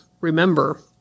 Remember